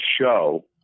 show